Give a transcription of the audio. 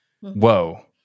Whoa